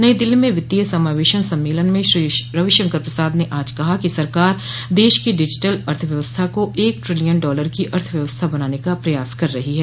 नई दिल्ली में वित्तीय समावेशन सम्मेलन में श्री रविशंकर प्रसाद ने आज कहा कि सरकार देश की डिजिटल अर्थव्यवस्था को एक ट्रिलियन डॉलर की अर्थव्यवस्था बनाने का प्रयास कर रही है